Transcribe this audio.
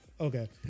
Okay